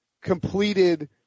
completed